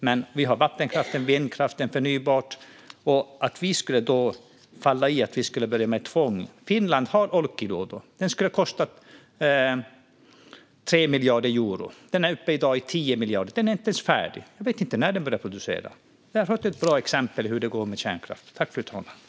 Men vi har vattenkraften, vindkraften och förnybart. Då kan vi inte börja med tvång. Finland har Olkiluoto, som skulle ha kostat 3 miljarder euro. I dag är man uppe i 10 miljarder, och kraftverket är inte ens färdigt. Man vet inte när det kommer att börja producera. Där har du ett bra exempel på hur det går med kärnkraft, Lotta Olsson!